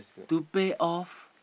to pay off